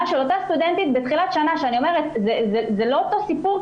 של אותה סטודנטית באותה שנה זה לא אותו סיפור,